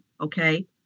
Okay